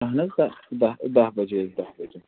اَہَن حظ دَہ دَہ دَہ بجے حظ دہ بجے